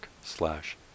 slash